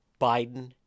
Biden